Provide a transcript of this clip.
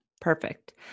perfect